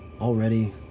already